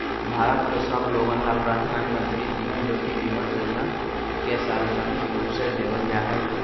भारत के सब लोगन ला प्रधानमंत्री जीवन ज्योति बीमा योजना के सार्वजनिक रूप से देवल जाहई